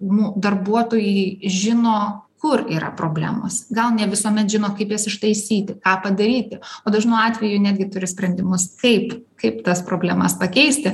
nu darbuotojai žino kur yra problemos gal ne visuomet žino kaip jas ištaisyti ką padaryti o dažnu atveju netgi turi sprendimus kaip kaip tas problemas pakeisti